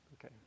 Okay